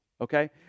okay